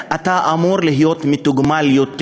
אתה אמור להיות מתוגמל יותר.